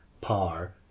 par